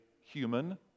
human